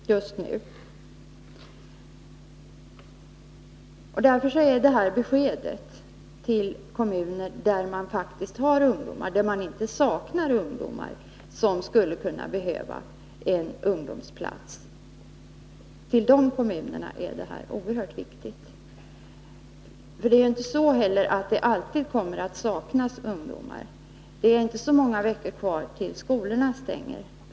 Det är oerhört viktigt att de kommuner där man inte saknar ungdomar utan verkligen har arbetslösa ungdomar, som skulle behöva en ungdomsplats, får ett besked. I de kommuner där det just nu saknas ungdomar kommer det inte alltid att vara så. Det är ju inte många veckor kvar tills skolorna stänger.